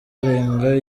arenga